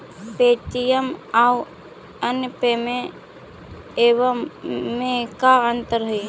Paytm आउ अन्य payment एपबन में का अंतर हई?